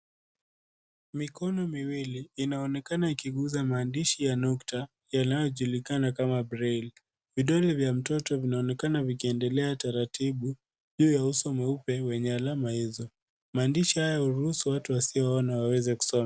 Mikono miwili inaonekana ikiguza maandishi ya nukta yanayojulikana kama braille vidole vya mtoto vinaonekana vikiendelea taratibu juu ya uso mweupe wenye alama hizo. Maadishi haya hurursu watu wasioona waweze kusoma.